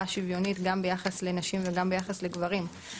שוויונית גם ביחס לנשים וגם ביחס לגברים.